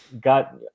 got